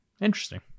Interesting